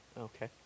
Okay